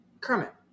Kermit